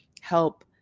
help